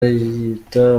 abiyita